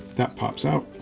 that pops out.